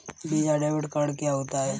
Visa debit card क्या होता है?